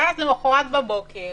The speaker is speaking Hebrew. ואז, למחרת בבוקר